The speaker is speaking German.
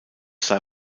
sei